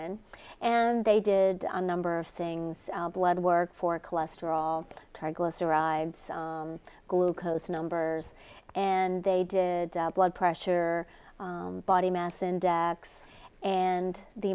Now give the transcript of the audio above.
in and they did a number of things blood work for cholesterol triglycerides glucose numbers and they did blood pressure body mass index and the